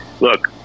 Look